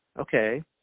okay